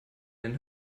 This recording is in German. den